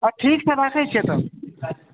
अच्छा ठीक छै राखै छिअऽ तब